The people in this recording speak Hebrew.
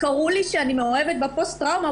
אמרו לי באולם בית המשפט שאני מאוהבת בפוסט טראומה.